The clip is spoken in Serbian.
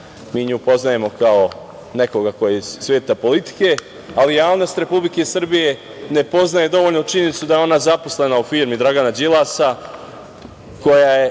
mi nju poznajemo kao nekoga ko je iz sveta politike, ali javnost Republike Srbije ne poznaje dovoljno činjenicu da je ona zaposlena u firmi Dragana Đilasa, čije